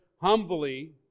humbly